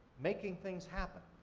making things happen.